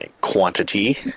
quantity